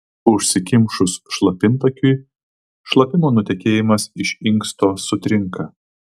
užsikimšus šlapimtakiui šlapimo nutekėjimas iš inksto sutrinka